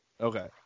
Okay